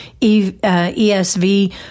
ESV